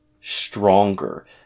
stronger